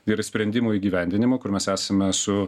ir sprendimų įgyvendinimu kur mes esame su